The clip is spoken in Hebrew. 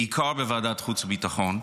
בעיקר לוועדת החוץ והביטחון.